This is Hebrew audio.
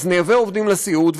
אז נייבא עובדים לסיעוד,